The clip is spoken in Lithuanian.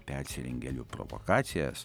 persirengėlių provokacijas